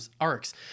arcs